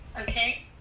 Okay